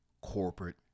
corporate